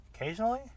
Occasionally